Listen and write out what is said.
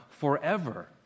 forever